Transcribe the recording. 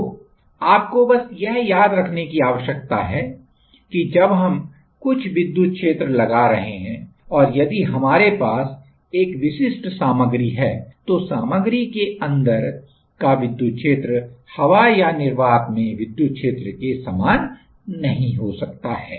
तो आपको बस यह याद रखने की आवश्यकता है कि जब हम कुछ विद्युत क्षेत्र लगा रहे हैं और यदि हमारे पास एक विशिष्ट सामग्री है तो सामग्री के अंदर का विद्युत क्षेत्र हवा या निर्वात में विदयुत क्षेत्र के समान नहीं हो सकता है